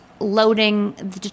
loading